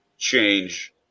change